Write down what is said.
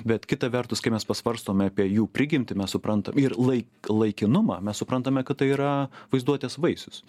bet kita vertus kai mes pasvarstome apie jų prigimtį mes suprantam ir lai laikinumą mes suprantame kad tai yra vaizduotės vaisius